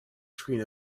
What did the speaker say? screen